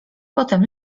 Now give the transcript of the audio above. potem